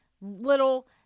little